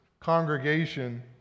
congregation